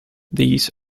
these